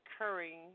occurring